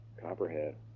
copperhead